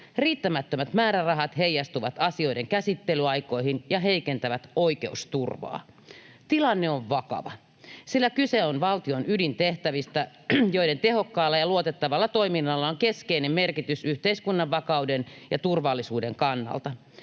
Riittämättömät määrärahat heijastuvat asioiden käsittelyaikoihin ja heikentävät oikeusturvaa. Tilanne on vakava, sillä kyse on valtion ydintehtävistä, joiden tehokkaalla ja luotettavalla toiminnalla on keskeinen merkitys yhteiskunnan vakauden ja turvallisuuden kannalta.